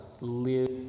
live